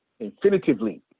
infinitively